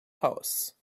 house